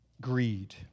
greed